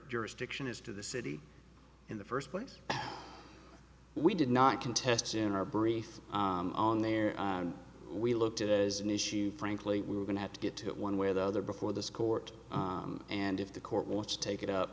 jurisdiction is to the city in the first place we did not contest in our brief on there we looked at it as an issue frankly we're going to have to get to it one way or the other before this court and if the court wants to take it up